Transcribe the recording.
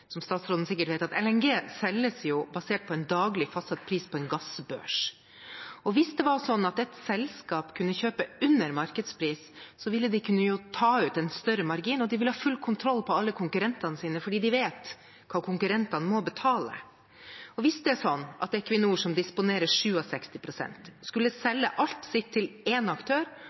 som statsråden sikkert vet, at LNG selges basert på en daglig fastsatt pris på en gassbørs. Hvis det var sånn at et selskap kunne kjøpe under markedspris, ville de jo kunne ta ut en større margin, og de ville ha full kontroll på alle konkurrentene sine fordi de vet hva konkurrentene må betale. Hvis Equinor, som disponerer 67 pst., skulle selge alt sitt til én aktør,